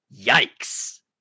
Yikes